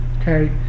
Okay